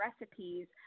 recipes